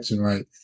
right